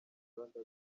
rwanda